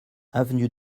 avenue